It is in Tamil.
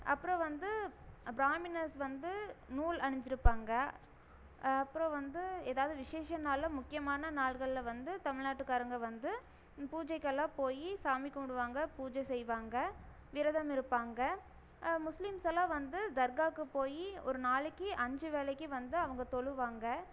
அப்புறம் வந்து பிராமினர்ஸ் வந்து நூல் அணிஞ்சுருப்பாங்க அப்புறம் வந்து ஏதாவது விசேஷ நாளில் முக்கியமான நாள்களில் வந்து தமிழ் நாட்டுகாரங்க வந்து பூஜைக்கெல்லாம் போய் சாமி கும்பிடுவாங்க பூஜை செய்வாங்க விரதம் இருப்பாங்க முஸ்லிம்ஸ் எல்லாம் வந்து தர்காவுக்கு போய் ஒரு நாளைக்கி அஞ்சு வேளைக்கு வந்து அவங்க தொழுவாங்க